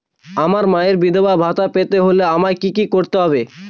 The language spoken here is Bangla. আমার মায়ের বিধবা ভাতা পেতে হলে আমায় কি কি করতে হবে?